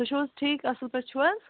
تُہۍ چھِو حظ ٹھیٖک اَصٕل پٲٹھۍ چھِو حظ